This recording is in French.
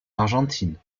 argentine